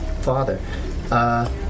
father